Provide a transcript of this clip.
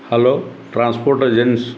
hello transport agency